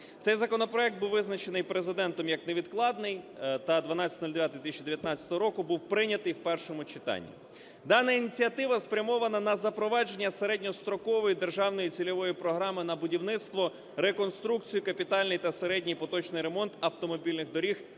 Цей законопроект був визначений Президентом як невідкладний та 12.09.2019 року був прийнятий в першому читанні. Дана ініціатива спрямована на запровадження середньострокової державної цільової програми на будівництво, реконструкцію, капітальний та середній поточний ремонт автомобільних доріг